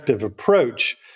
approach